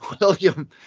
William